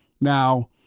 Now